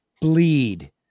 bleed